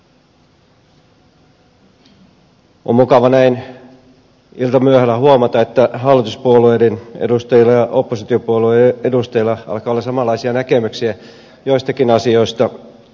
on mukava näin iltamyöhällä huomata että hallituspuolueiden edustajilla ja oppositiopuolueiden edustajilla alkaa olla samanlaisia näkemyksiä joistakin asioista